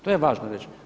To je važno reći.